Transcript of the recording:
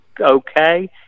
okay